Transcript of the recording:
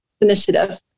initiative